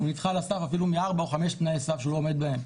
הוא נדחה על הסף אפילו מארבעה או חמישה תנאי סף שהוא לא עומד בהם.